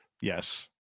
Yes